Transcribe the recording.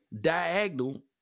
Diagonal